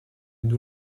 due